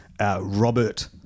Robert